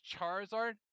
charizard